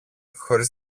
χωρίς